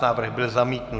Návrh byl zamítnut.